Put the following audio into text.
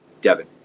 Devin